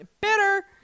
Bitter